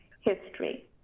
history